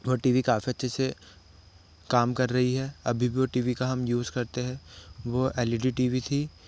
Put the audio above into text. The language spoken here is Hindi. वो टी वी काफी अच्छे से काम कर रही है अभी भी वो टी वी का हम यूज करते हैं वो L E D T V थी